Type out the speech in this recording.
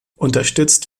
unterstützt